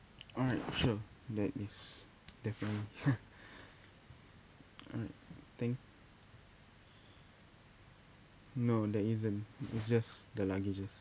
alright sure that is definitely alright thank no there isn't it was just the languages